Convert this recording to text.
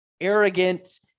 arrogant